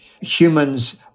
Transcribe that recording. humans